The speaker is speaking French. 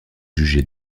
jugé